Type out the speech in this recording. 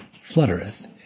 fluttereth